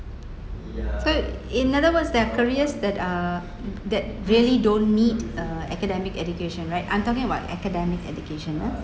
so in other words there are careers that uh that really don't need uh academic education right I'm talking about academic education ah